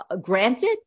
granted